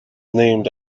named